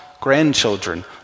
grandchildren